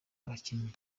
abakinnyi